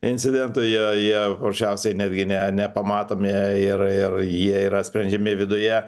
incidentų jie jie paprasčiausiai netgi ne nepamatomi ir ir jie yra sprendžiami viduje